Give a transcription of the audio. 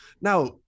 now